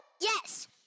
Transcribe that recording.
Yes